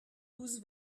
whose